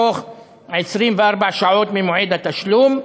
בתוך 24 שעות ממועד התשלום.